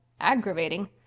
Aggravating